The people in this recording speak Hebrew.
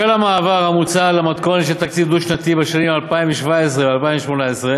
בשל המעבר המוצע למתכונת של תקציב דו-שנתי בשנים 2017 ו-2018,